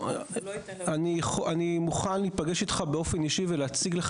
אני מוכן להיפגש איתך באופן אישי ולהציג לך